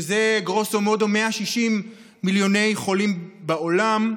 שזה גרוסו מודו 160 מיליוני חולים בעולם.